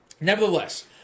nevertheless